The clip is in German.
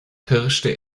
pirschte